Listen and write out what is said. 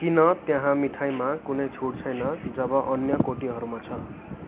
किन त्यहाँ मिठाईमा कुनै छुट छैन जब अन्य कोटीहरूमा छ